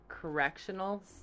correctional